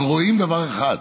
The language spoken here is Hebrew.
אבל רואים דבר אחד: